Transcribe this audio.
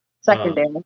secondary